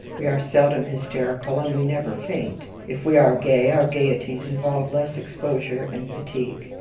we are seldom hysterical, and we never faint. if we are gay, our gayeties involve less exposure and fatigue.